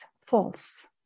false